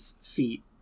feet